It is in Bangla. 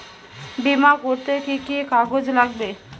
বিমা করতে কি কি কাগজ লাগবে?